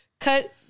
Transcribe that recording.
Cut